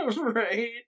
Right